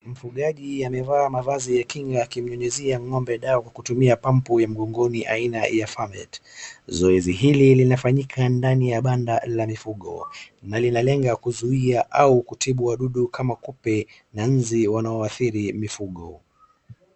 mfugaji amevaa mavazi ya kinga akimnyunyuzia ng'ombe dawa kutumia pampu ya mgongoni ya aina ya farmet zoezi hili linafanyika ndani ya banda la mifugo na linalenga kuzuia au kutibu wadudu kama kupe na nzi wanaoadhiri mifugo